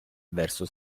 verso